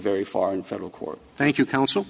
very far in federal court thank you counsel